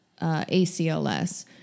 ACLS